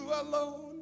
alone